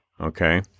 Okay